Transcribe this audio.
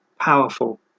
powerful